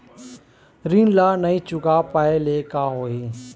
ऋण ला नई चुका पाय ले का होही?